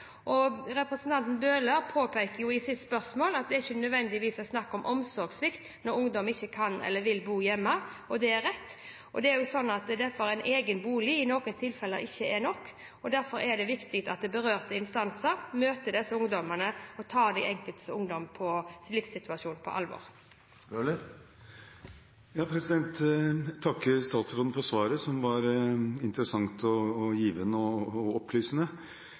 Representanten Bøhler påpeker i sitt spørsmål at det ikke nødvendigvis er snakk om omsorgssvikt når ungdom ikke kan eller vil bo hjemme. Det er riktig. Men det er sånn at en egen bolig i noen tilfeller ikke er nok. Derfor er det viktig at berørte instanser møter disse ungdommene og tar den enkelte ungdoms livssituasjon på alvor. Jeg takker statsråden for svaret, som var interessant, givende og opplysende. Jeg vil gjerne komme med et tilleggsspørsmål og litt fakta. Jeg har hatt møte med videregående skoler og